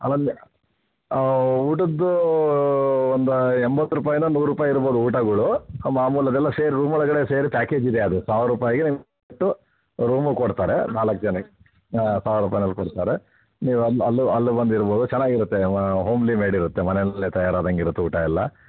ಅವ್ ಅಲ್ಲಿ ಊಟದ್ದು ಒಂದು ಎಂಬತ್ತು ರೂಪಾಯಿನೋ ನೂರು ರೂಪಾಯಿ ಇರ್ಬೋದು ಊಟಗಳು ಮಾಮೂಲು ಅದೆಲ್ಲ ಸೇರಿ ರೂಮ್ ಒಳಗಡೆ ಸೇರಿ ಪ್ಯಾಕೇಜ್ ಇದೆ ಅದು ಸಾವಿರ ರೂಪಾಯಿಗೆ ನಿಮಗೆ ಒಟ್ಟು ರೂಮು ಕೊಡ್ತಾರೆ ನಾಲ್ಕು ಜನಕ್ಕೆ ಸಾವಿರ ರೂಪಾಯಿನಲ್ಲಿ ಕೊಡ್ತಾರೆ ನೀವು ಅಲ್ಲಿ ಅಲ್ಲೂ ಅಲ್ಲೂ ಬಂದು ಇರ್ಬೋದು ಚೆನ್ನಾಗಿರುತ್ತೆ ಹೋಮ್ಲಿ ಮೇಡ್ ಇರುತ್ತೆ ಮನೇಯಲ್ಲೇ ತಯಾರಾದಂಗೆ ಇರುತ್ತೆ ಊಟ ಎಲ್ಲ